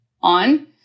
on